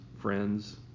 friends